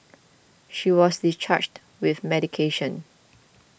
she was discharged with medication